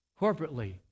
corporately